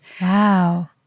Wow